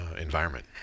environment